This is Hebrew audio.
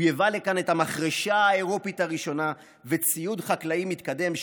הוא ייבא לכאן את המחרשה האירופית הראשונה וציוד חקלאי מתקדם,